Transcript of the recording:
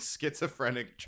schizophrenic